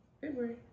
February